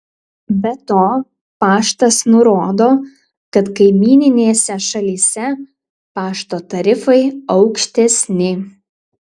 be to paštas nurodo kad kaimyninėse šalyse pašto tarifai aukštesni